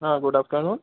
હા good afternoon